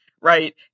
right